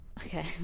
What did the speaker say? okay